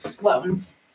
loans